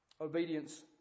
Obedience